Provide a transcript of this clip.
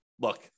look